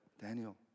Daniel